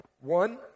One